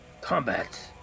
Combat